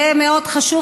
זה מאוד חשוב,